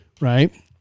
right